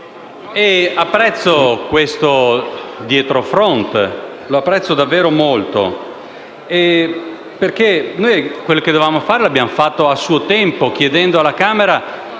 apprezzo questo dietrofront, lo apprezzo davvero molto, perché noi quel che dovevamo fare lo abbiamo fatto a suo tempo chiedendo alla Camera